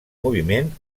moviment